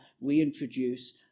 reintroduce